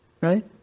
Right